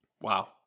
Wow